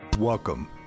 Welcome